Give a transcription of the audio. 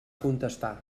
contestar